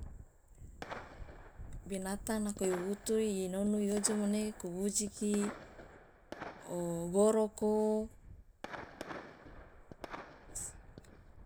binatang nako iwuwutu inonu iojomo nege kuujiki ogoroko